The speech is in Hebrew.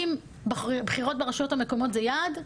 אם בחירות ברשויות המקומיות זה יעד,